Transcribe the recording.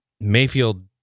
Mayfield